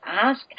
ask